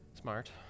smart